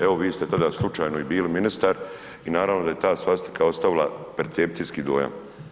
Evo, vi ste tada slučajno i bili ministar i naravno da je ta svastika ostavila percepcijski dojam.